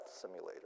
simulator